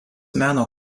meno